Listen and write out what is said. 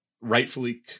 rightfully